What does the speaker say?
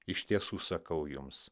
iš tiesų sakau jums